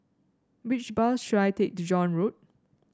which bus should I take to John Road